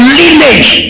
lineage